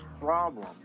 problem